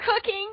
cooking